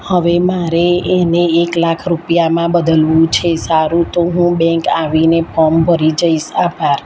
હવે મારે એને એક લાખ રૂપિયામાં બદલવું છે સારું તો હું બેન્ક આવીને ફોમ ભરી જઈશ આભાર